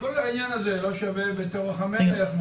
שכל העניין הזה לא שווה בטורח המלך,